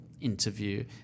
interview